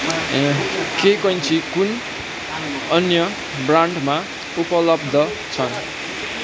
ए के कैँची कुन अन्य ब्रान्डमा उपलब्ध छन्